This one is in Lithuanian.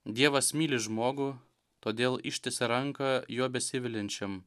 dievas myli žmogų todėl ištiesia ranką juo besiviliančiam